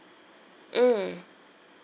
mm